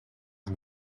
hem